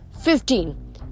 Fifteen